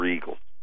Eagles